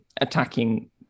attacking